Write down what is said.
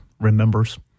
remembers